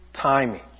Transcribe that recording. timing